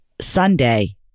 Sunday